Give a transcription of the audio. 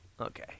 Okay